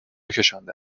کشانده